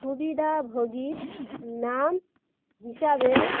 সুবিধাভোগীর নাম হিসাবের